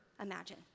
imagine